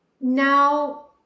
Now